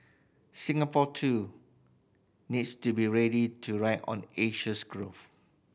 Singapore too needs to be ready to ride on Asia's growth